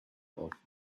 auf